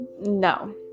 no